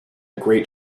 great